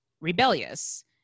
rebellious